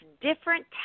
different